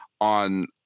on